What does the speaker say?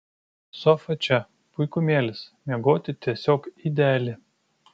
sofa čia puikumėlis miegoti tiesiog ideali